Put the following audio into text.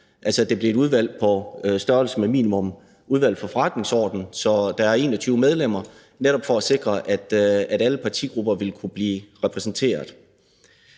at det blev et udvalg minimum på størrelse med Udvalget for Forretningsordenen, så der er 21 medlemmer for netop at sikre, at alle partigrupper vil kunne blive repræsenteret.